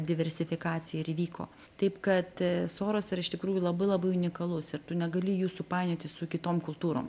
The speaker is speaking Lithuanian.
diversifikacija ir įvyko taip kad soros yra iš tikrųjų labai labai unikalus ir tu negali jų supainioti su kitom kultūrom